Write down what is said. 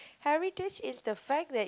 heritage is the fact that